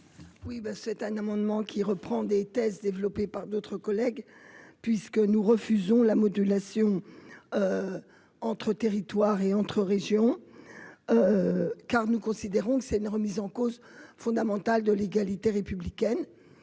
Oui ben c'est un amendement qui reprend des thèses développées par d'autres collègues, puisque nous refusons la modulation entre territoires et entre régions car nous considérons que c'est une remise en cause fondamentale de l'égalité républicaine,